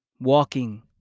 Walking